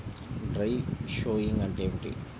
Dry sowing అంటే ఏమిటి?